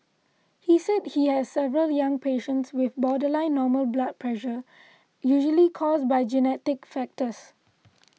he said he has several young patients with borderline normal blood pressure usually caused by genetic factors